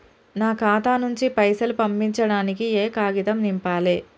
నా ఖాతా నుంచి పైసలు పంపించడానికి ఏ కాగితం నింపాలే?